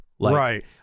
Right